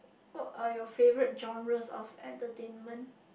what are your favorite genres of entertainment